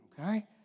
okay